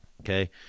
Okay